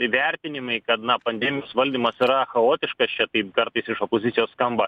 įvertinimai kad na pandemijos valdymas yra chaotiškas čia taip kartais iš opozicijos skamba